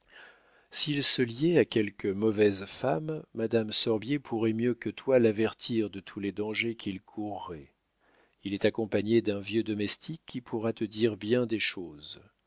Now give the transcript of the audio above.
s'il se liait à quelque mauvaise femme madame sorbier pourrait mieux que toi l'avertir de tous les dangers qu'il courrait il est accompagné d'un vieux domestique qui pourra te dire bien des choses